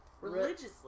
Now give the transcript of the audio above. religiously